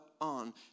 on